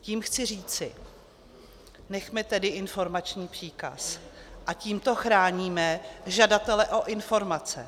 Tím chci říci, nechme tedy informační příkaz a tímto chráníme žadatele o informace.